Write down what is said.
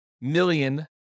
million